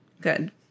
Good